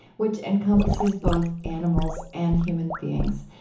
which encompasses both animals and human beings.